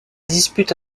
dispute